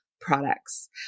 products